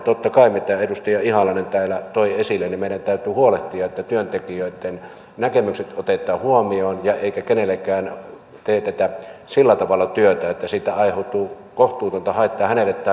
totta kai mitä edustaja ihalainen täällä toi esille meidän täytyy huolehtia että työntekijöitten näkemykset otetaan huomioon eikä kenelläkään teetetä sillä tavalla työtä että siitä aiheutuu kohtuutonta haittaa hänelle tai perheelle